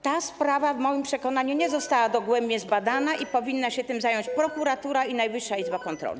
Ta sprawa w moim przekonaniu nie została dogłębnie zbadana i powinny się tym zająć prokuratura i Najwyższa Izba Kontroli.